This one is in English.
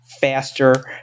faster